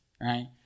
Right